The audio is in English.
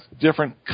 different